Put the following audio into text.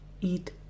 eat